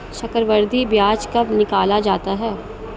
चक्रवर्धी ब्याज कब निकाला जाता है?